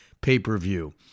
pay-per-view